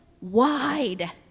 wide